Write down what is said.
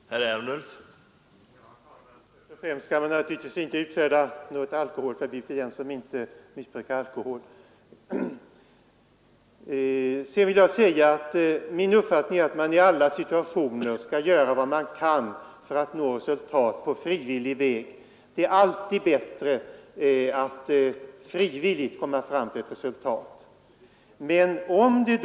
Herr talman! Först och främst skall man naturligtvis inte utfärda något alkoholförbud för den som inte missbrukar alkohol. Min uppfattning är att man i alla situationer skall göra vad man kan för att nå resultat på frivillig väg. Det är alltid bättre att komma fram till ett resultat på den vägen.